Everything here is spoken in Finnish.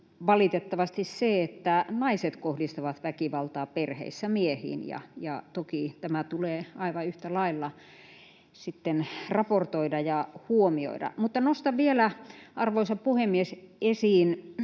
valitettavasti se, että naiset kohdistavat väkivaltaa perheissä miehiin, ja toki tämä tulee aivan yhtä lailla sitten raportoida ja huomioida. Nostan vielä, arvoisa puhemies, esiin